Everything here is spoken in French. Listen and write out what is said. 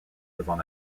devant